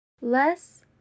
Less